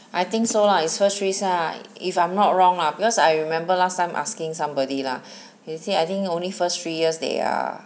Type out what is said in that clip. I think so ah it's first three lah if I'm not wrong lah because I remember last time asking somebody lah he say I think only first three years they are